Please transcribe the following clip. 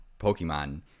pokemon